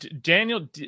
Daniel